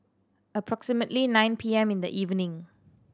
approximately nine P M in the evening